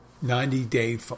90-day